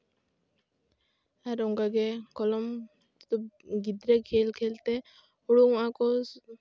ᱟᱨ ᱚᱱᱠᱟᱜᱮ ᱠᱚᱞᱚᱢ ᱛᱮᱫᱚ ᱜᱤᱫᱽᱨᱟᱹ ᱠᱷᱮᱹᱞ ᱠᱷᱮᱹᱞ ᱛᱮ ᱦᱩᱲᱩᱝᱚᱜᱼᱟ ᱠᱚ